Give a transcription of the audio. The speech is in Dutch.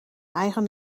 eigen